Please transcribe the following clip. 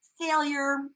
failure